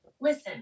Listen